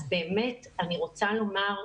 אז אני רוצה לומר,